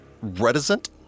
reticent